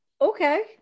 Okay